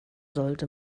sollte